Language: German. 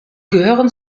gehört